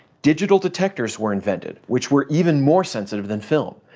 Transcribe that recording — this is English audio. digital detectors were invented, which were even more sensitive than film.